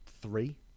three